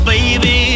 Baby